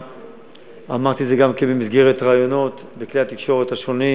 אמרתי את זה גם כן במסגרת ראיונות בכלי התקשורת השונים,